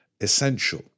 essential